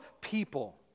people